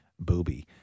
booby